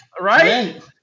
Right